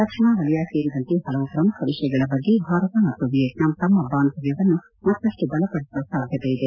ರಕ್ಷಣಾವಲಯ ಸೇರಿದಂತೆ ಹಲವು ಪ್ರಮುಖ ವಿಷಯಗಳ ಬಗ್ಗೆ ಭಾರತ ಮತ್ತು ವಿಯೆಟ್ನಾಂ ತಮ್ಮ ಬಾಂಧವ್ಯವನ್ನು ಇನ್ನಷ್ಟು ಬಲಪಡಿಸುವ ಸಾಧ್ಯತೆಯಿದೆ